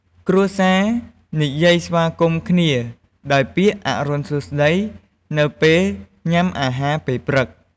គ្រួសារនិយាយស្វាគមន៍គ្នាដោយពាក្យ "អរុណសួស្តី" នៅពេលញុំាអាហារពេលព្រឹក។